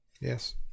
Yes